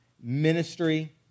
ministry